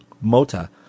Mota